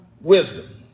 wisdom